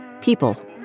people